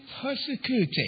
persecuted